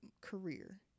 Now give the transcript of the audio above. career